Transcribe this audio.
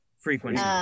Frequency